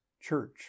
church